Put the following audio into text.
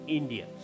India